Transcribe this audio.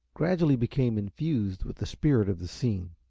gradually became infused with the spirit of the scene.